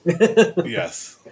yes